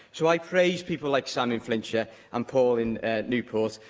so, i praise people like sam in flintshire and paul in newport,